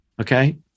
okay